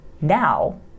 Now